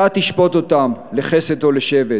אתה תשפוט אותם לחסד או לשבט.